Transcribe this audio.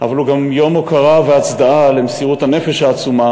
אבל הוא גם יום הוקרה והצדעה על מסירות הנפש העצומה